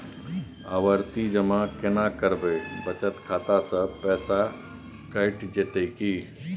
आवर्ति जमा केना करबे बचत खाता से पैसा कैट जेतै की?